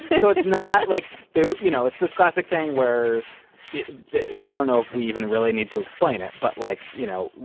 so it's not like they you know, it's this classic thing where i don't know if we even really need to explain it. but like, you know,